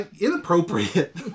inappropriate